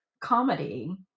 comedy